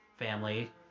Family